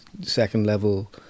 second-level